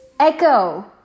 Echo